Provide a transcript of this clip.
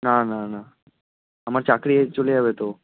না না না আমার চাকরি চলে যাবে তো